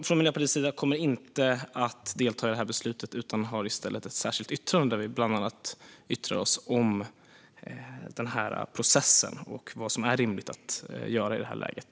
Från Miljöpartiets sida kommer vi inte att delta i beslutet utan har i stället ett särskilt yttrande där vi bland annat yttrar oss om processen och vad som är rimligt att göra i det här läget.